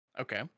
Okay